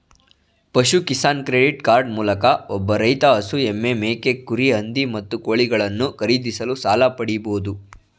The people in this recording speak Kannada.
ಪಶು ಕಿಸಾನ್ ಕ್ರೆಡಿಟ್ ಕಾರ್ಡ್ ಮೂಲಕ ಒಬ್ಬ ರೈತ ಹಸು ಎಮ್ಮೆ ಮೇಕೆ ಕುರಿ ಹಂದಿ ಮತ್ತು ಕೋಳಿಗಳನ್ನು ಖರೀದಿಸಲು ಸಾಲ ಪಡಿಬೋದು